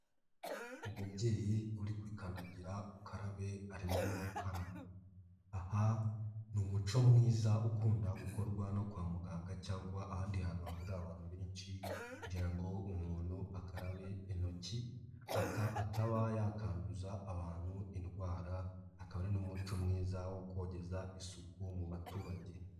Umubyeyi uri kuri kandagira ukarabe arimo gukaraba. Aha ni umuco mwiza ukunda gukorwa no kwa muganga cyangwa ahandi hantu hahurira abantu benshi kugira ngo umuntu akarabe intoki, ataba yakanduza abantu indwara, akaba ari n'umuco mwiza wo kogeza isuku mu baturage.